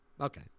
Okay